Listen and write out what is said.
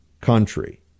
country